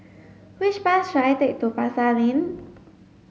which bus should I take to Pasar Lane